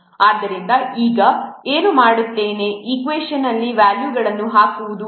ಆದ್ದರಿಂದ ನಾನು ಈಗ ಏನು ಮಾಡುತ್ತೇನೆ ಈಕ್ವೇಷನ್ ಅಲ್ಲಿ ವ್ಯಾಲ್ಯೂಗಳನ್ನು ಹಾಕುವುದು